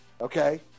okay